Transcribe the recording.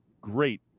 great